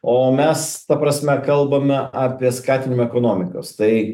o mes ta prasme kalbame apie skatinimą ekonomikos tai